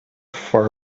far